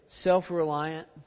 self-reliant